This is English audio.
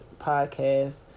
podcast